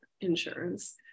insurance